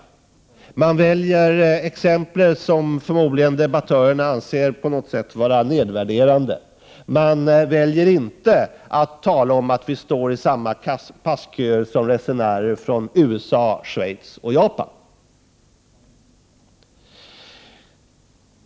Debattörerna väljer exempel som de förmodligen på något sätt anser vara nedvärderande — man väljer inte att tala om att svenskar står i samma passköer som resenärer från USA, Schweiz och Japan.